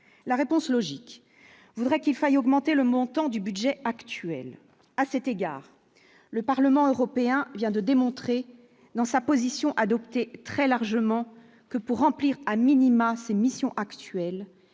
la réponse logique voudrait qu'il faille augmenter le montant du budget actuel à cet égard, le Parlement européen vient de démontrer dans sa position adoptée très largement que pour remplir à minima, ses missions actuelles,